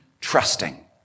trusting